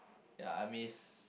ya I miss